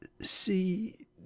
see